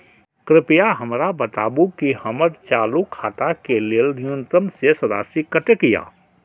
कृपया हमरा बताबू कि हमर चालू खाता के लेल न्यूनतम शेष राशि कतेक या